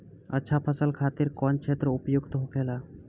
अच्छा फसल खातिर कौन क्षेत्र उपयुक्त होखेला?